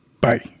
Bye